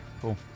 Cool